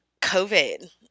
COVID